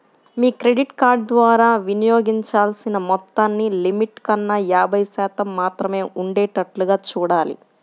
మీ credit card ద్వారా వినియోగించాల్సిన మొత్తాన్ని లిమిట్ కన్నా యాభై శాతం మాత్రమే ఉండేటట్లుగా చూడాలి